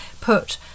put